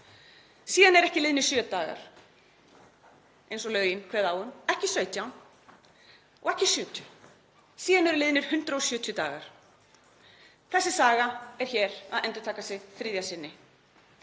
Síðan eru ekki liðnir sjö dagar, eins og lögin kveða á um, ekki 17 og ekki 70. Síðan eru liðnir 170 dagar. Þessi saga er hér að endurtaka sig þriðja sinni.